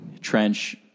Trench